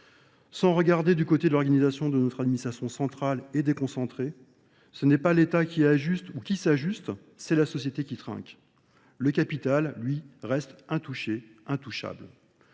Sans regarder du côté de l'organisation de notre administration centrale et déconcentrée, ce n'est pas l'État qui ajuste ou qui s'ajuste, c'est la société qui trinque. Le capital, lui, reste intouché, intouchable.